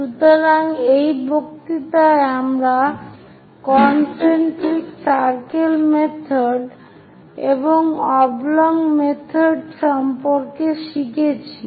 সুতরাং এই বক্তৃতায় আমরা কন্সেন্ত্রিক সার্কেল মেথড এবং অবলং মেথড সম্পর্কে শিখেছি